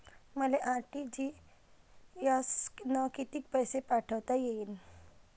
मले आर.टी.जी.एस न कितीक पैसे पाठवता येईन?